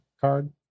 card